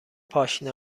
پاشنه